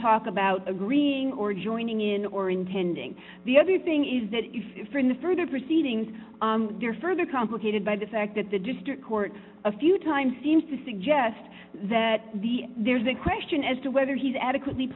talk about agreeing or joining in or intending the other thing is that from the further proceedings there are further complicated by the fact that the district court a few times seems to suggest that there's a question as to whether he's adequately